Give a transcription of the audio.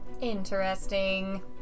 Interesting